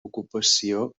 ocupació